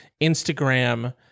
instagram